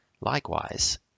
Likewise